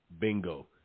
Bingo